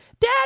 dad